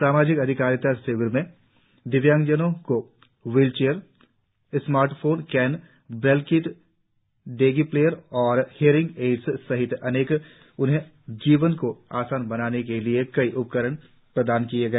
सामाजिक अधिकारिता शिविर में दिव्यांगजनों को wheel chair smart phone cane braille kit daisy player और हियरिंग एड्स सहित उनके जीवन को आसान बनाने के लिए कई उपयोगी उपकरण प्रदान किया गया